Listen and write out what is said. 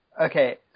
Okay